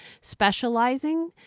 specializing